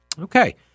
Okay